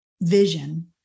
vision